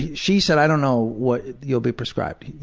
she said, i don't know what you'll be prescribed.